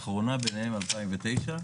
האחרונה ביניהם הייתה ב-2009,